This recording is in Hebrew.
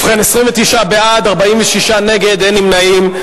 ובכן, בעד, 29, נגד, 46, ואין נמנעים.